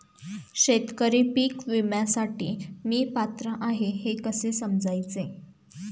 शेतकरी पीक विम्यासाठी मी पात्र आहे हे कसे समजायचे?